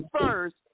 first